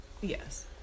Yes